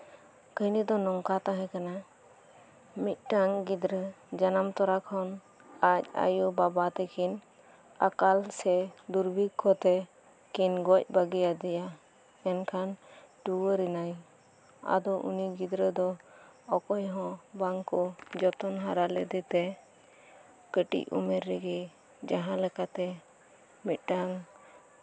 ᱠᱟᱹᱦᱱᱤ ᱫᱚ ᱱᱚᱝᱠᱟ ᱛᱟᱦᱮᱸ ᱠᱟᱱᱟ ᱢᱤᱫ ᱴᱟᱱ ᱜᱤᱫᱽᱨᱟᱹ ᱡᱟᱦᱟᱸᱭ ᱡᱟᱱᱟᱢ ᱛᱚᱨᱟ ᱠᱷᱚᱱ ᱟᱡ ᱟᱹᱭᱩ ᱵᱟᱵᱟ ᱛᱟᱹᱠᱤᱱ ᱟᱠᱟᱞ ᱥᱮ ᱫᱩᱨᱵᱷᱤᱠᱠᱷᱚ ᱛᱮ ᱠᱤᱱ ᱜᱚᱡ ᱵᱟᱹᱜᱤ ᱟᱫᱮᱭᱟ ᱢᱮᱱᱠᱷᱟᱱ ᱴᱩᱣᱟᱹᱨ ᱮᱱᱟᱭ ᱟᱫᱚ ᱩᱱᱤ ᱜᱤᱫᱽᱨᱟᱹ ᱫᱚ ᱚᱠᱚᱭᱦᱚᱸ ᱵᱟᱝᱠᱚ ᱡᱚᱛᱚᱱ ᱦᱟᱨᱟ ᱞᱮᱫᱮᱛᱮ ᱠᱟᱹᱴᱤᱡ ᱩᱢᱮᱨ ᱨᱮᱜᱮ ᱡᱟᱦᱟᱸ ᱞᱮᱠᱟᱛᱮ ᱢᱤᱫ ᱴᱟᱝ